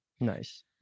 Nice